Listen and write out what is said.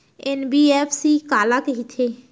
NBFC काला कहिथे?